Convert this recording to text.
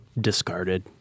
discarded